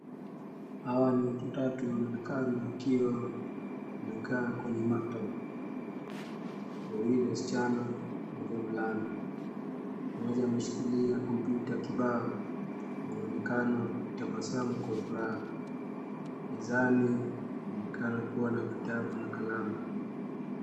Hawa ni watu watatu wanaonekana wakiwa wamekaa kwenye maktaba, wawili wasichana mmoja mvulana. Mmoja ameshikilia kompyuta kibao na wanaonekana wakitabasamu kwa furaha. Mezani kunaonekana kuwa na vitabu na kalamu.